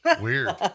Weird